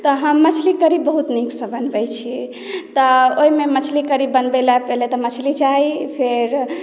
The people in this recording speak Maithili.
तऽ हम मछली कढ़ी बहुत नीकसँ बनबैत छी तऽ ओहिमे मछली कढ़ी बनबै लेल पहिले तऽ मछली चाही फेर